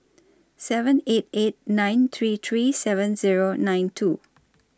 seven eight eight nine three three seven Zero nine two